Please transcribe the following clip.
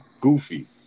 Goofy